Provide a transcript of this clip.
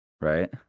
Right